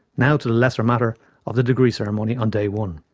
now to the lesser matter of the degree ceremony on day one.